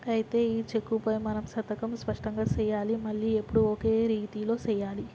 అయితే ఈ చెక్కుపై మనం సంతకం స్పష్టంగా సెయ్యాలి మళ్లీ ఎప్పుడు ఒకే రీతిలో సెయ్యాలి